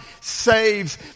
saves